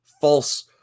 false